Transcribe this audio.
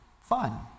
fun